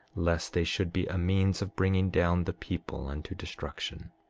lest they should be a means of bringing down the people unto destruction.